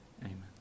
Amen